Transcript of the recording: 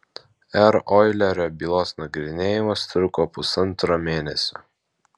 r oilerio bylos nagrinėjimas truko pusantro mėnesio